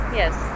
yes